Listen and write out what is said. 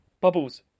Bubbles